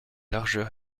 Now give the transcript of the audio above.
largeur